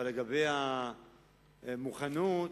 לגבי המוכנות,